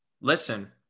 Listen